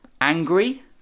Angry